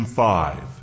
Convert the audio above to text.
five